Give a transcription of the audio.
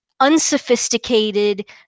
unsophisticated